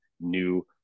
new